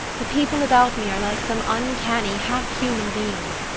the people about me are like some uncanny, half-human beings.